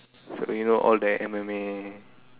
so you know all the M_M_A